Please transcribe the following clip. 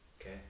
okay